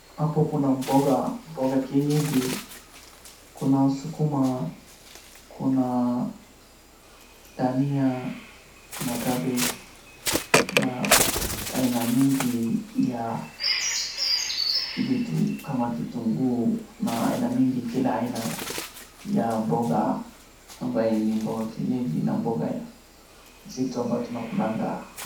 Hapo kuna mboga kienyeji, kuna sukuma, kuna dania, kuna cabbage na aina mingi ya vitu kama kitungu na aina mingi kila aina ya mboga ambaye ni mboga kienyeji na mboga ya vitu ambaye tunakulanga.